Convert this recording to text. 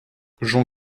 jean